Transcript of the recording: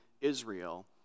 Israel